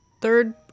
Third